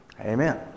Amen